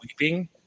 weeping